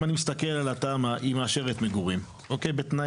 אם אני מסתכל על התמ"א, היא מאשרת מגורים בתנאים.